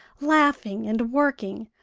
laughing and working,